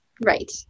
Right